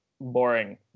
boring